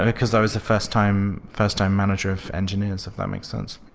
because i was the first time first time manager of engineers, if that makes sense.